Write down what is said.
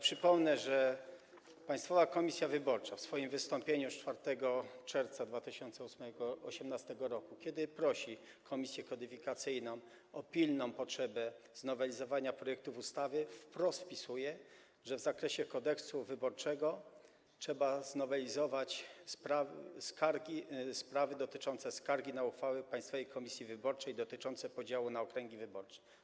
Przypomnę, że Państwowa Komisja Wyborcza w swoim wystąpieniu z 4 czerwca 2018 r., kiedy prosiła komisję kodyfikacyjną, wyrażała pilną potrzebę znowelizowania projektów ustawy, wprost wpisuje, że w zakresie Kodeksu wyborczego trzeba znowelizować sprawy dotyczące skargi na uchwałę Państwowej Komisji Wyborczej dotyczące podziału na okręgi wyborcze.